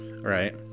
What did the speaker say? Right